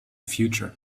future